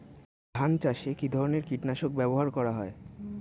ধান চাষে কী ধরনের কীট নাশক ব্যাবহার করা হয়?